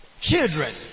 children